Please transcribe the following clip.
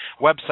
Website